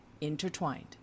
intertwined